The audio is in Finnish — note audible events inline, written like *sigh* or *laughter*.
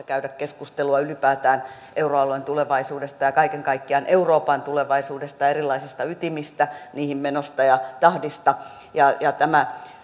*unintelligible* käydä keskustelua ylipäätään euroalueen tulevaisuudesta ja kaiken kaikkiaan euroopan tulevaisuudesta ja erilaisista ytimistä niihin menosta ja tahdista ja ja esimerkiksi